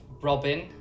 Robin